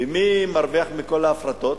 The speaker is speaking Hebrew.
ומי מרוויח מכל ההפרטות?